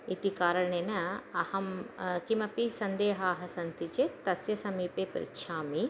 इति कारणेन अहं किमपि सन्देहाः सन्ति चेत् तस्य समीपे पृच्छामि